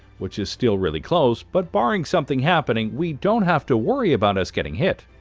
which is still really close, but barring something happening, we don't have to worry about us getting hit.